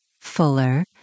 fuller